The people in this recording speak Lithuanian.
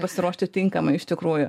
pasiruošti tinkamai iš tikrųjų